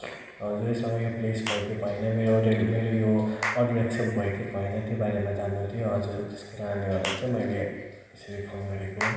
हजुर यसमा यो प्लेस भयो कि भएन मेरो डेली मेरो यो अर्डर एक्सेप्ट भयो कि भएन त्यो बारेमा जान्नु थियो हजुर त्यस कारणले गर्दा चाहिँ मैले यसरी फोन गरेको